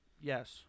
Yes